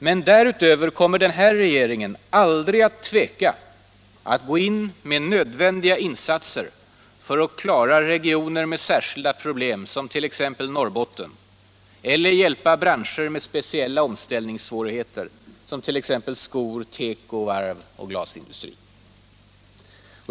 Men därutöver kommer den här regeringen aldrig att tveka att gå in med nödvändiga insatser för att klara regioner med särskilda problem — som t.ex. Norrbotten — eller hjälpa branscher med speciella omställningssvårigheter — som t.ex. sko-, teko-, varvs och glasindustrin.